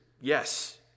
yes